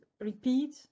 repeat